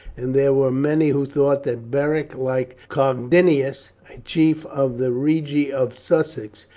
and there were many who thought that beric, like cogidinus, a chief of the regi of sussex,